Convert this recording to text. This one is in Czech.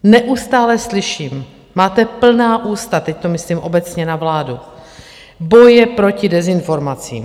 Neustále slyším, máte plná ústa, teď to myslím obecně na vládu, boje proti dezinformacím.